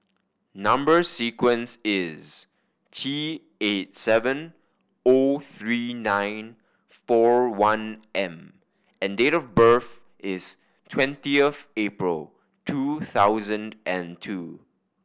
number sequence is T eight seven O three nine four one M and date of birth is twentieth April two thousand and two